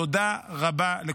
תודה רבה לכולם.